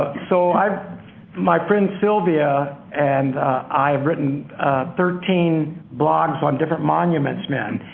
so my friend sylvia and i have written thirteen blogs on different monuments men,